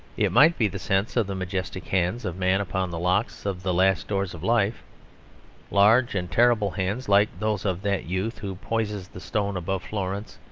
it might be the sense of the majestic hands of man upon the locks of the last doors of life large and terrible hands, like those of that youth who poises the stone above florence,